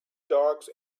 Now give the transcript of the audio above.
dogs